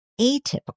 atypical